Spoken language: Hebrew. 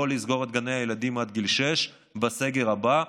לא לסגור את גני הילדים עד גיל שש בסגר הבא,